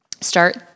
start